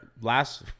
last